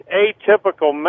atypical